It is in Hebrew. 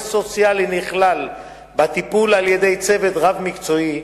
סוציאלי נכלל בטיפול על-ידי צוות רב-מקצועי,